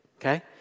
okay